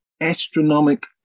astronomic